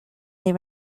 they